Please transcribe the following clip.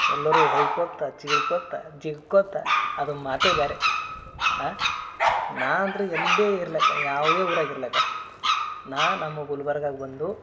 ಎಲ್ಲರು ಹೊಯ್ಕೊತ ಚಿರ್ಕೊತ ಜಿಗ್ಗೊತ ಅದು ಮಾತೆ ಬ್ಯಾರೆ ನಾ ಅಂತ್ರು ಎಲ್ಲೆ ಇರ್ಲಕ ಯಾವುದೇ ಊರಾಗ ಇರ್ಲಕ ನಾ ನಮ್ಮ ಗುಲ್ಬರ್ಗಾಗ ಬಂದು